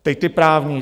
Teď ty právní.